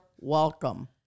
welcome